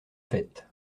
faite